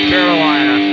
Carolina